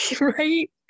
Right